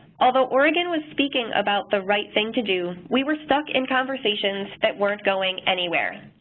although oregon was speaking about the right thing to do, we were stuck in conversations that weren't going anywhere.